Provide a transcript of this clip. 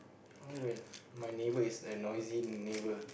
oh well my neighbour is a noisy neighbour